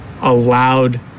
allowed